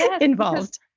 involved